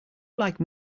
like